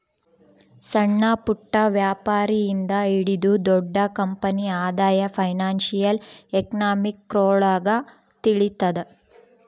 ಸಣ್ಣಪುಟ್ಟ ವ್ಯಾಪಾರಿ ಇಂದ ಹಿಡಿದು ದೊಡ್ಡ ಕಂಪನಿ ಆದಾಯ ಫೈನಾನ್ಶಿಯಲ್ ಎಕನಾಮಿಕ್ರೊಳಗ ತಿಳಿತದ